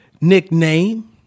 Nickname